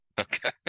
okay